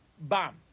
bam